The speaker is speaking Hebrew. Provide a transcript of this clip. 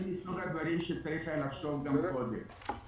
זה מסוג הדברים שצריך לחשוב עליהם קודם.